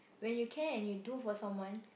when you care and you do for someone